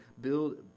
build